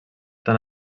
tan